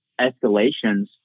escalations